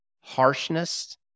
harshness